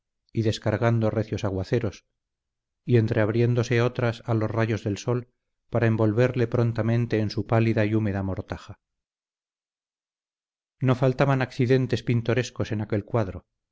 y descargando recios aguaceros y entreabriéndose otras a los rayos del sol para envolverle prontamente en su pálida y húmeda mortaja no faltaban accidentes pintorescos en aquel cuadro